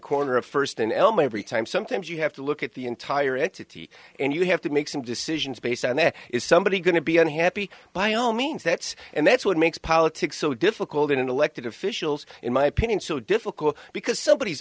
corner of first and elm every time sometimes you have to look at the entire it to and you have to make some decisions based on that is somebody's going to be unhappy by all means that's and that's what makes politics so difficult in an elected officials in my opinion so difficult because somebody